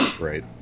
Right